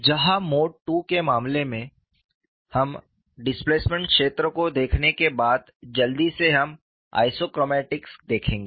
जहां mode II के मामले में हम डिस्प्लेसमेंट क्षेत्र को देखने के बाद जल्दी से हम आइसोक्रोमैटिक्स देखेंगे